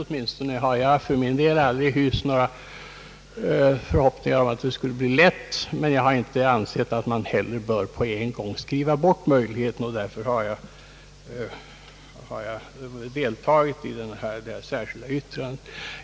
I varje fall har jag för min del inte hyst någon tro att det skulle bli lätt att nå resultat den vägen, men jag har inte heller ansett att man bör på en gång skriva bort möjligheten. Därför har jag deltagit i detta särskilda yttrande.